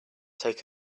take